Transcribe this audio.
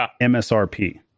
MSRP